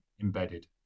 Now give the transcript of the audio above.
embedded